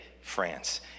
France